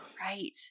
Right